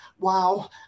wow